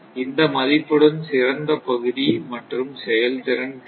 இந்த மதிப்புடன் சிறந்த பகுதி மாறும் செயல்திறன் கிடைக்கும்